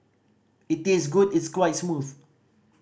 it tastes good it's quite smooth